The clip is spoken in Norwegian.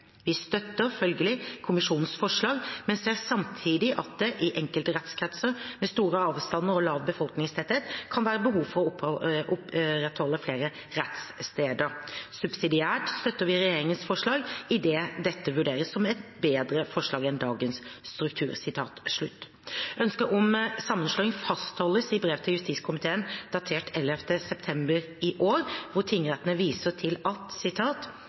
Vi støtter følgelig kommisjonens forslag, men ser samtidig at det i enkelte rettskretser med store avstander og lav befolkningstetthet kan være behov for å opprettholde flere kontorsteder. Subsidiært støtter vi Regjeringens forslag idet dette vurderes som bedre enn dagens struktur.» Ønsket om sammenslåing fastholdes i brev til justiskomiteen datert 11. september i år, hvor tingrettene viser til at